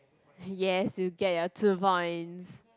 yes you get your two points